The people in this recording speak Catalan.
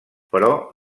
però